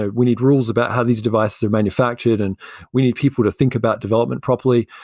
ah we need rules about how these devices are manufactured and we need people to think about development properly.